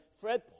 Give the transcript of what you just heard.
Fred